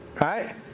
right